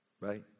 Right